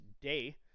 today